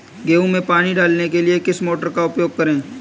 गेहूँ में पानी डालने के लिए किस मोटर का उपयोग करें?